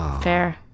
Fair